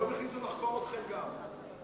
היום החליטו לחקור אתכם גם.